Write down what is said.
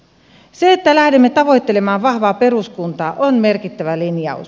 se että lähdemme tavoittelemaan vahvaa peruskuntaa on merkittävä linjaus